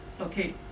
Okay